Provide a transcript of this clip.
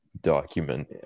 document